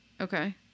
okay